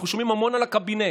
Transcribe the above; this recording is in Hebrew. אנחנו שומעים המון על הקבינט,